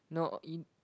no in